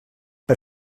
per